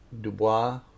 Dubois